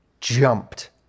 jumped